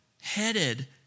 headed